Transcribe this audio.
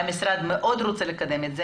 והמשרד מאוד רוצה לקדם את זה